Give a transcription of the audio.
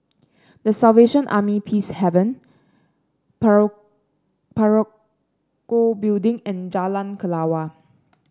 The Salvation Army Peacehaven Parakou Building and Jalan Kelawar